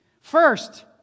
First